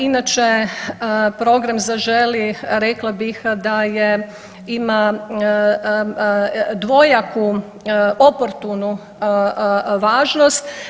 Inače program „Zaželi“ rekla bih da ima dvojaku oportunu važnost.